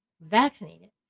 vaccinated